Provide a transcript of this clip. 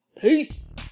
Peace